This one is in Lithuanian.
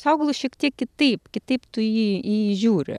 su augalu šiek tiek kitaip kitaip tu jį į jį įžiūri